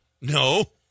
No